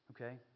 Okay